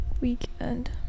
weekend